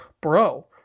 Bro